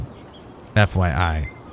fyi